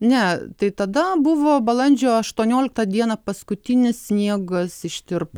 ne tai tada buvo balandžio aštuonioliktą dieną paskutinis sniegas ištirpo